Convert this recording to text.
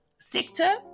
sector